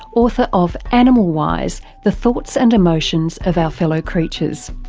author of animal wise the thoughts and emotions of our fellow creatures.